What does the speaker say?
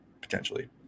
potentially